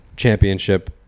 championship